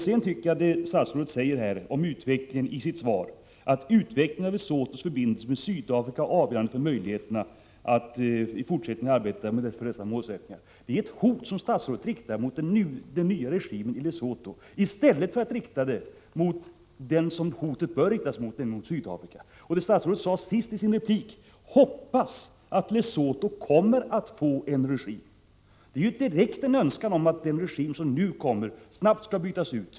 Statsrådet säger i sitt svar: ”Utvecklingen av Lesothos förbindelser med Sydafrika är avgörande för möjligheterna att i fortsättningen arbeta för dessa målsättningar —-—--.” Det är ett hot som statsrådet riktar mot den nya regimen i Lesotho i stället för att rikta det mot den som hotet bör riktas mot, nämligen Sydafrika. Och det statsrådet sade sist i sin replik, att hon ”hoppades att Lesotho kommer att få en regim” osv., är en direkt önskan att den regim som nu kommer snabbt skall bytas ut.